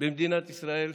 במדינת ישראל,